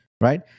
right